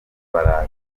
baraza